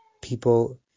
People